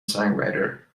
songwriter